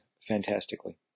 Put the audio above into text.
fantastically